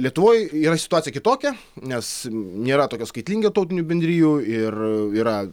lietuvoj yra situacija kitokia nes nėra tokia skaitlinga tautinių bendrijų ir yra